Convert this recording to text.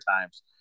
times